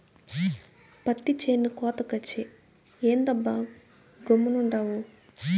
పత్తి చేను కోతకొచ్చే, ఏందబ్బా గమ్మునుండావు